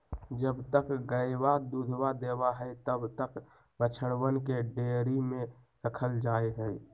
जब तक गयवा दूधवा देवा हई तब तक बछड़वन के डेयरी में रखल जाहई